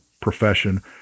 profession